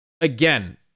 Again